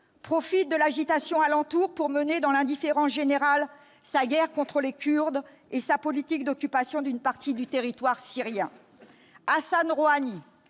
profite de l'agitation alentour pour mener, dans l'indifférence générale, sa guerre contre les Kurdes et sa politique d'occupation d'une partie du territoire syrien. Hassan Rohani,